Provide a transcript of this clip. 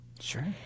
Sure